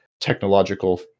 technological